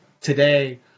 today